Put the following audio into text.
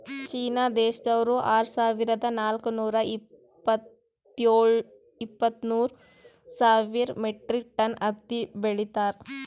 China ದೇಶ್ದವ್ರು ಆರ್ ಸಾವಿರದಾ ನಾಕ್ ನೂರಾ ಇಪ್ಪತ್ತ್ಮೂರ್ ಸಾವಿರ್ ಮೆಟ್ರಿಕ್ ಟನ್ ಹತ್ತಿ ಬೆಳೀತಾರ್